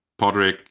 Podrick